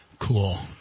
Cool